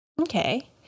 Okay